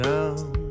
Down